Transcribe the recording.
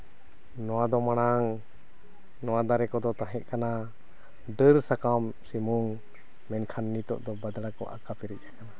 ᱱᱚᱣᱟ ᱫᱚ ᱢᱟᱲᱟᱝ ᱱᱚᱣᱟ ᱫᱟᱨᱮ ᱠᱚᱫᱚ ᱛᱟᱦᱮᱸ ᱠᱟᱱᱟ ᱰᱟᱹᱨ ᱥᱟᱠᱟᱢ ᱥᱩᱢᱩᱝ ᱢᱮᱱᱠᱷᱟᱱ ᱱᱤᱛᱚᱜ ᱫᱚ ᱵᱟᱫᱲᱟ ᱠᱚ ᱟᱠᱟ ᱯᱮᱨᱮᱡ ᱟᱠᱟᱱᱟ